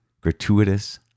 gratuitous